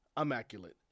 immaculate